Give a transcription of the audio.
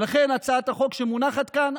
לכן הצעת החוק שמונחת כאן,